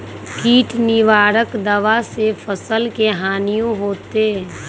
किट निवारक दावा से फसल के हानियों होतै?